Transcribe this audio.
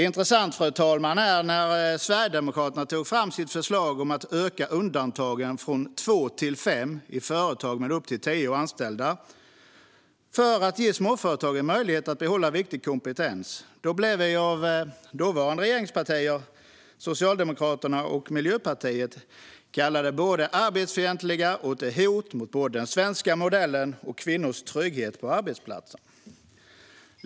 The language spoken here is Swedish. Intressant, fru talman, är att när Sverigedemokraterna tog fram sitt förslag om att öka undantagen från två till fem i företag med upp till tio anställda för att ge småföretagen möjlighet att behålla viktig kompetens blev vi av dåvarande regeringspartier - Socialdemokraterna och Miljöpartiet - kallade både arbetarfientliga och ett hot mot såväl den svenska modellen som kvinnors trygghet på arbetsplatsen.